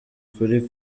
kuri